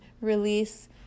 release